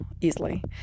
easily